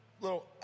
little